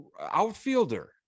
outfielder